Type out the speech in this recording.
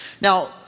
Now